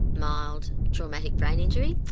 mild, traumatic brain injury.